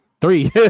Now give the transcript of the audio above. Three